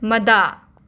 ꯃꯗꯥ